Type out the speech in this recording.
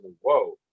Whoa